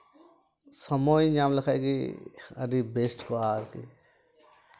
ᱥᱚᱢᱚᱭ ᱧᱟᱢ ᱞᱮᱠᱷᱟᱡ ᱜᱮ ᱟᱹᱰᱤ ᱵᱮᱥᱴ ᱠᱚᱜᱼᱟ ᱟᱨᱠᱤ